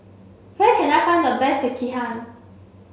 where can I find the best Sekihan